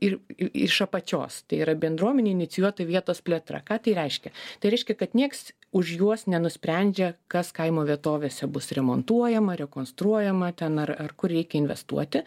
ir iš apačios tai yra bendruomenių inicijuota vietos plėtra ką tai reiškia tai reiškia kad nieks už juos nenusprendžia kas kaimo vietovėse bus remontuojama rekonstruojama ten ar ar kur reikia investuoti